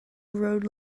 road